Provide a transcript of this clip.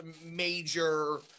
major